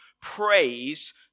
praise